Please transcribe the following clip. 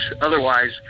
otherwise